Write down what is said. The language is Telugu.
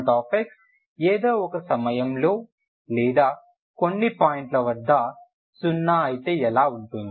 a0x ఏదో ఒక సమయంలో లేదా కొన్ని పాయింట్ల వద్ద 0 అయితే ఎలా ఉంటుంది